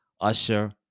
Usher